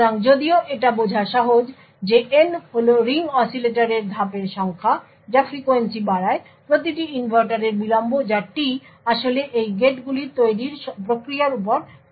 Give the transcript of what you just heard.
সুতরাং যদিও এটা বোঝা সহজ যে n হল রিং অসিলেটরের ধাপের সংখ্যা যা ফ্রিকোয়েন্সি বাড়ায় প্রতিটি ইনভার্টারের বিলম্ব যা t আসলে এই গেটগুলির তৈরীর প্রক্রিয়ার উপর নির্ভর করে